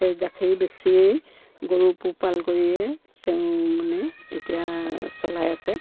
সেই গাখীৰ বেচিয়েই গৰু পোহপাল কৰিয়ে তেওঁ মানে এতিয়া চলাই আছে